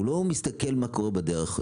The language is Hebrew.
הוא לא מסתכל מה קורה בדרך.